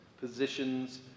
positions